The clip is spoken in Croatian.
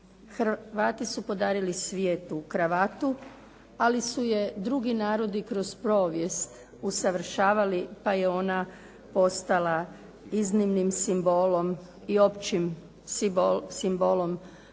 Hrvati su podarili svijetu kravatu, ali su je drugi narodi kroz povijest usavršavali, pa je ona postala iznimnim simbolom i općim simbolom